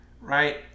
Right